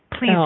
please